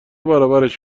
برابرش